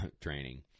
training